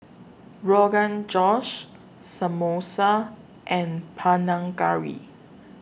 Rogan Josh Samosa and Panang Curry